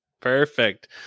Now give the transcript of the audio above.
perfect